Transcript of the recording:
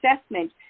assessment